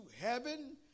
heaven